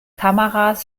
kameras